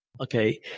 Okay